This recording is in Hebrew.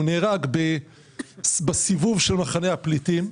הוא נהרג בסיבוב של מחנה הפליטים.